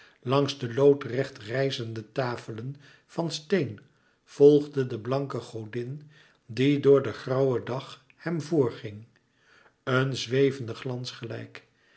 langs de loodrecht rijzende tafelen van steen volgde de blanke godin die door den grauwen dag hem vor ging een zwevende glans gelijk